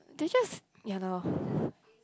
they just ya lor